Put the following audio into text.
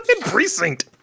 precinct